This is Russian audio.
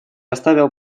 оставил